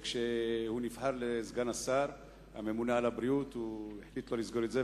וכשהוא נבחר לסגן השר הממונה על הבריאות הוא החליט לא לסגור את זה.